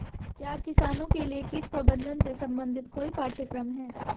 क्या किसानों के लिए कीट प्रबंधन से संबंधित कोई पाठ्यक्रम है?